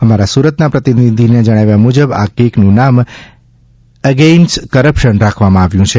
અમારા સુરતના પ્રતિનિધિના જણાવ્યા મુજબ આ કેકનું નામ જ એગેઇન્ટ્સ કરપ્શન રાખવામાં આવ્યું છે